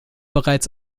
bereits